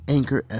Anchor